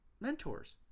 mentors